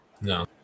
No